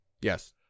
yes